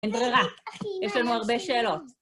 אין ברירה, יש לנו הרבה שאלות.